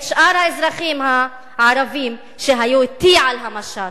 שאר האזרחים הערבים שהיו אתי על המשט.